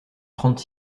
trente